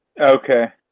Okay